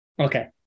okay